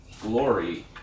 glory